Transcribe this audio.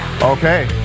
Okay